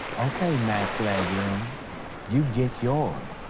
okay, max legroom. you get yours.